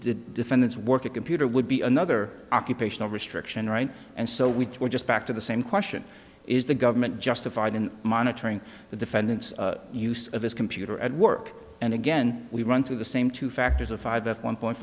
defendants work a computer would be another occupational restriction right and so we were just back to the same question is the government justified in monitoring the defendant's use of his computer at work and again we run through the same two factors of five one point